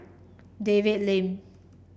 David Lim